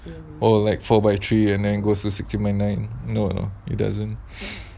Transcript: oh like four by three and then goes to six to nine no lah it doesn't